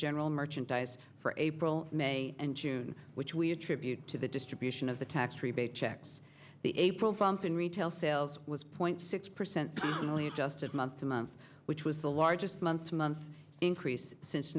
general merchandise for april may and june which we attribute to the distribution of the tax rebate checks the april prompt and retail sales was point six percent only adjusted month to month which was the largest month month increase since